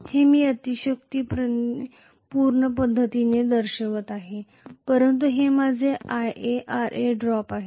हे मी अतिशयोक्तीपूर्ण पद्धतीने दर्शवित आहे परंतु हे माझे IaRa ड्रॉप आहे